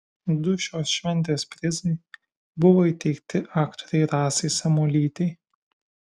du šios šventės prizai buvo įteikti aktorei rasai samuolytei